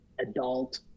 adult